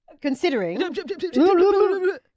Considering